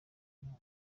igihe